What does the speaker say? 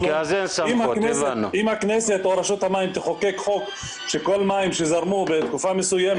אם הכנסת או רשות המים תחוקק חוק שכל מים שזרמו בתקופה מסוימת,